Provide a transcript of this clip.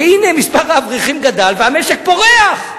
והנה, מספר האברכים גדל והמשק פורח.